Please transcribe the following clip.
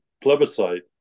plebiscite